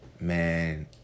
Man